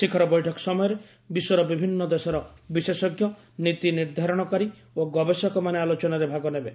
ଶିଖର ବୈଠକ ସମୟରେ ବିଶ୍ୱର ବିଭିନ୍ନ ଦେଶର ବିଶେଷଜ୍ଞ ନୀତି ନିର୍ଦ୍ଧାରଣକାରୀ ଓ ଗବେଷକ ମାନେ ଆଲୋଚନାରେ ଭାଗ ନେବେ